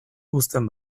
uzten